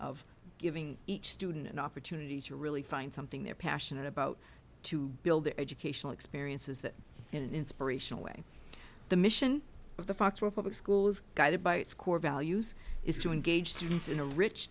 of giving each student an opportunity to really find something they're passionate about to build their educational experiences that in an inspirational way the mission of the fox were public schools guided by its core values is to engage students in a rich